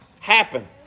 Happen